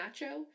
Nacho